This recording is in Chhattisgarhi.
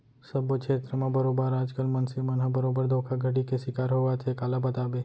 सब्बो छेत्र म बरोबर आज कल मनसे मन ह बरोबर धोखाघड़ी के सिकार होवत हे काला बताबे